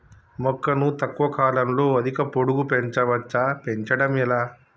మొక్కను తక్కువ కాలంలో అధిక పొడుగు పెంచవచ్చా పెంచడం ఎలా?